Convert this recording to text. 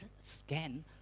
scan